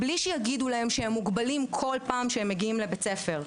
וזאת מבלי שיגידו להם מוגבלים כל פעם כשהם מגיעים לבית הספר,